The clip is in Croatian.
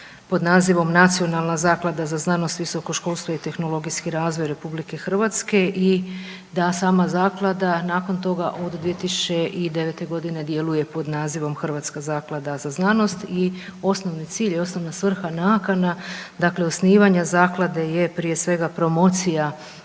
pod nazivom Nacionalna zaklada za znanost, visoko školstvo i tehnologijski razvoj RH i da sama zaklada nakon toga od 2009.g. djeluje pod nazivom HRZZ i osnovni cilj i osnovna svrha nakana osnivanja zaklade je prije svega promocija